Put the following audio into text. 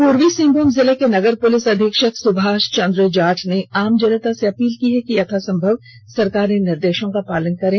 पूर्वी सिंहभूम जिले के नगर पुलिस अधीक्षक सुभाष चंद्र जाट ने आम जनता से अपील की है कि यथासंभव संरकारी निर्देशों का पालन करें